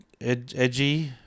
edgy